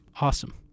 Awesome